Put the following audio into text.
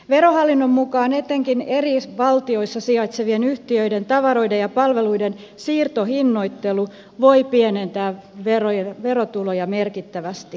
verohallinnon mukaan etenkin eri valtioissa sijaitsevien yhtiöiden tavaroiden ja palveluiden siirtohinnoittelu voi pienentää verotuloja merkittävästi